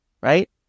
right